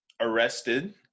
arrested